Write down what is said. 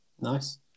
Nice